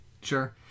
Sure